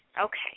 Okay